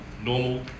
normal